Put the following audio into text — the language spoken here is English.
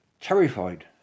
Terrified